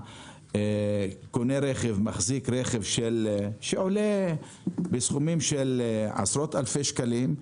קונה רכב, מחזיק רכב שעולה עשרות אלפי שקלים,